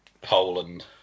Poland